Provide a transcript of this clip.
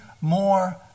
more